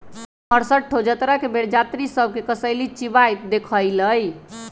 हम हरसठ्ठो जतरा के बेर जात्रि सभ के कसेली चिबाइत देखइलइ